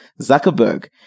Zuckerberg